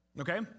okay